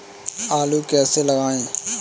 आलू कैसे लगाएँ?